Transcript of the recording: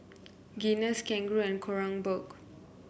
Guinness Kangaroo Kronenbourg